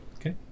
Okay